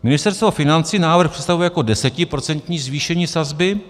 Ministerstvo financí návrh představuje jako 10% zvýšení sazby.